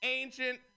Ancient